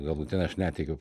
galutinai aš netikiu